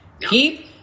Keep